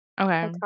okay